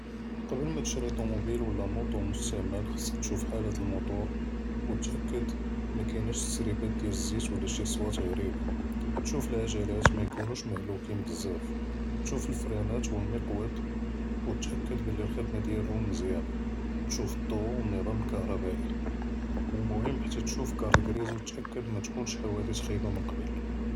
קבל מתשרי טונוביל ולא מוטו מסומתע', חצכ תשוף חאולת אלמוטור, ותתאכּד מכּאנאש תסריבּאת דיאל אזזית ולא שי צואת ע'ריבּה, תשוף לעג'לאת מיכּונוש מהלוכּין בזאף, תשוף אלפראנאת ואלמקוד, ותתאכּד בּלי אלח'דמה דיאלהום מזיאנה, תשוף אלדו ואלנִט'אם אלכהבּאַאי, ואלמהם חתא תשוף לאכּארט גריז ותתאכּד מכּאש חוואדית חאיבּ מקבּל.